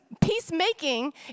peacemaking